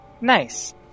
Nice